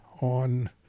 on